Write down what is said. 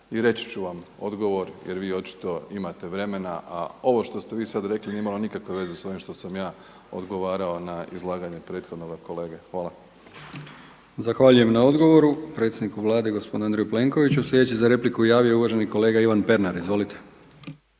i reći ću vam odgovor jer vi očito imate vremena. A ovo što ste vi sada rekli nije imalo nikakve veza sa ovim što sam ja odgovarao na izlaganje prethodnoga kolega. Hvala. **Brkić, Milijan (HDZ)** Zahvaljujem na odgovoru predsjedniku Vlade gospodinu Andreju Plenkoviću. Slijedeći za repliku javio se uvaženi kolega Ivan Pernar. Izvolite.